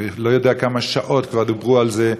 אני לא יודע כמה שעות כבר דיברו על זה,